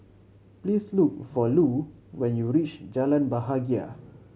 please look for Lu when you reach Jalan Bahagia